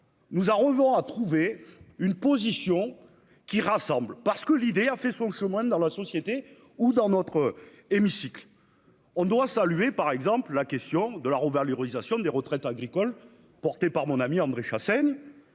Nous a rejoint, à trouver une position qui rassemble, parce que l'idée a fait son chemin dans la société où dans notre hémicycle. On doit saluer par exemple la question de la rouvert l'utilisation des retraites agricoles portés par mon ami André Chassaigne.